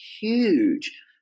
huge